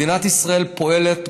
מדינת ישראל פועלת,